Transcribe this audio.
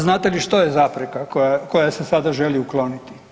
Znate li što je zapreka koja se sada želi ukloniti?